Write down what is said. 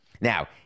Now